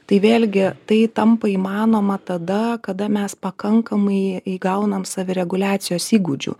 tai vėlgi tai tampa įmanoma tada kada mes pakankamai įgaunam savireguliacijos įgūdžių